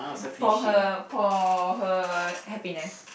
for her for her happiness